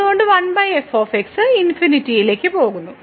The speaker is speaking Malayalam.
ഇവിടെ ഈ പദം 1 f ∞ ലേക്ക് പോകുന്നു